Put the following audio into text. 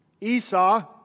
Esau